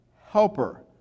helper